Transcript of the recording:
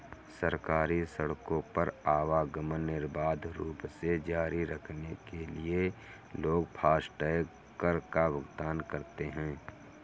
सरकारी सड़कों पर आवागमन निर्बाध रूप से जारी रखने के लिए लोग फास्टैग कर का भुगतान करते हैं